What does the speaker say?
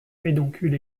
pédoncule